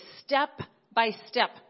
step-by-step